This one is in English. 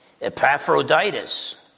Epaphroditus